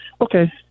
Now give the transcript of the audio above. okay